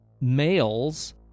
males